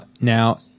Now